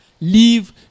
Leave